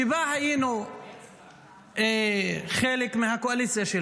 שבה היינו חלק מהקואליציה,